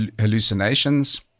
hallucinations